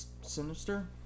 Sinister